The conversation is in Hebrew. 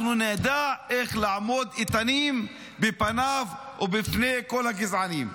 אנחנו נדע איך לעמוד איתנים בפניו ובפני כל הגזענים.